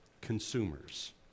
CONSUMERS